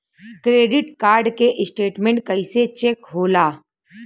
Credit card के statement कइसे check होला?